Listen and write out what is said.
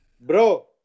Bro